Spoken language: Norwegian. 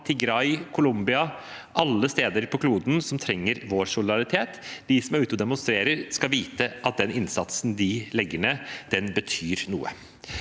Tigray, Colombia eller andre steder på kloden som trenger vår solidaritet. De som er ute og demonstrerer, skal vite at den innsatsen de legger ned, betyr noe.